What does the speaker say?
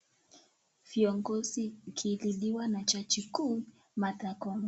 Viongozi akirinyiwa na jaji kuu Martha Koome.